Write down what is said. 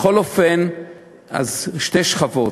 בכל אופן, שתי שכבות.